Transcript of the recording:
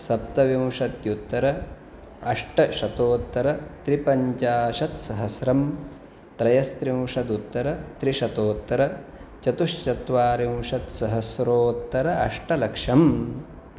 सप्तविंशत्युत्तर अष्टशतोत्तरत्रिपञ्चाशत्सहस्रम् त्रयस्त्रिंशदुत्तरत्रिशतोत्तर चतुश्चत्वारिंशत्सहस्रोत्तर अष्टलक्षम्